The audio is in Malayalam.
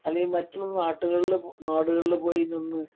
അല്ലേൽ മറ്റുള്ള നാട്ടുകളിൽ നാടുകളിൽ പോയി നിന്ന്